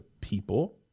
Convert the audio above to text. people